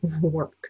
work